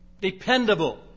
dependable